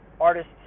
artists